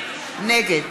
נגד